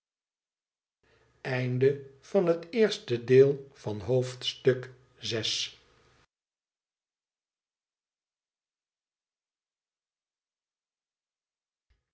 hoofdstuk van het eerste deel van het